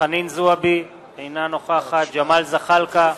חנין זועבי, אינה נוכחת ג'מאל זחאלקה,